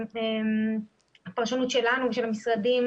- של המשרדים,